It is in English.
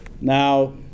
Now